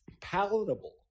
palatable